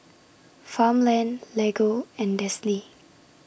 Farmland Lego and Delsey